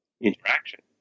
interaction